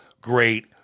great